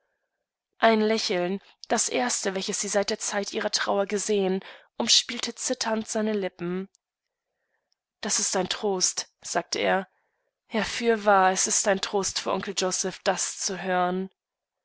ein lächeln das erste welches sie seit der zeit ihrer trauer gesehen umspielte zitterndseinelippen das ist ein trost sagte er ja fürwahr es ist ein trost für onkel joseph das zu hören